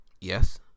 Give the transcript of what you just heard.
yes